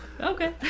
Okay